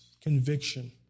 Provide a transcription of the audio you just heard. conviction